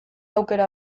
aukera